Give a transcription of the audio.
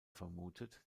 vermutet